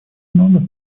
много